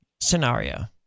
scenario